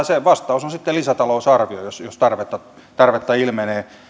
se vastaus on sitten lisätalousarvio jos jos tarvetta tarvetta ilmenee